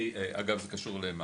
אני, אגב, קשור למה"ט.